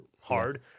hard